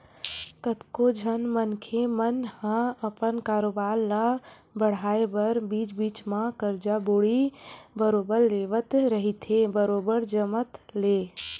कतको झन मनखे मन ह अपन कारोबार ल बड़हाय बर बीच बीच म करजा बोड़ी बरोबर लेवत रहिथे बरोबर जमत ले